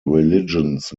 religions